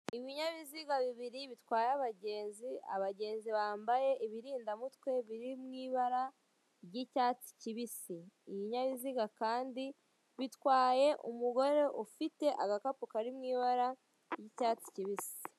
Ibinyabiziga bibiri bitwaye abagenzi, abagenzi bambaye ibirinda mutwe biri mu ibara ry'icyatsi kibisi. Ibinyabiziga kandi bitwaye umugore ufite agakapu kari mu ibara ry'icyatsi kibisi.